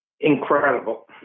incredible